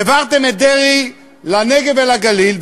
העברתם את דרעי לנגב ולגליל,